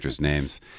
names